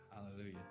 Hallelujah